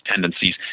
tendencies